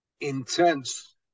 intense